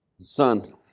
Son